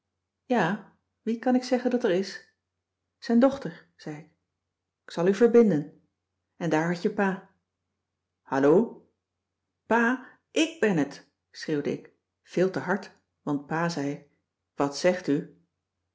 ja wie kan ik zeggen dat er is zijn dochter zei ik k zal u verbinden en daar had je pa hallo pa k ben het schreeuwde ik veel te hard want pa zei wat zegt u